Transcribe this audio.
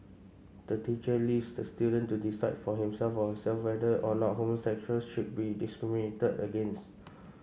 the teacher leaves the student to decide for himself or herself whether or not homosexuals should be discriminated against